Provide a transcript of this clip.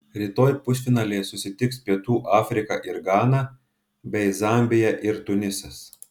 rytoj pusfinalyje susitiks pietų afrika ir gana bei zambija ir tunisas